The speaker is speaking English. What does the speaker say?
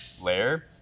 layer